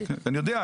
אני יודע,